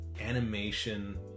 animation